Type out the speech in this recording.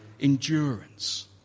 Endurance